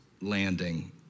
landing